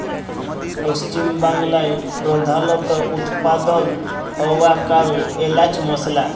পশ্চিম বাংলায় প্রধালত উৎপাদল হ্য়ওয়া কাল এলাচ মসলা